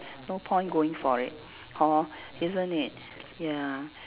no point going for it hor isn't it ya